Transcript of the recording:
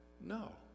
No